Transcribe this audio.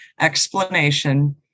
explanation